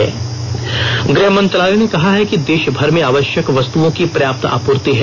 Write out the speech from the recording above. गृह मंत्रालय गृह मंत्रालय ने कहा कि देशभर में आवश्यक वस्तुओं की पर्याप्त आपूर्ति है